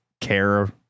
care